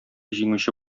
җиңүче